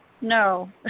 no